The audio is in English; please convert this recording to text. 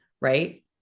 Right